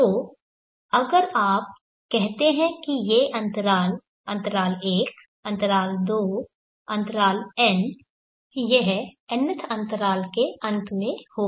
तो अगर आप कहते हैं कि ये अंतराल अंतराल एक अंतराल दो अंतराल n यह nth अंतराल के अंत में होगा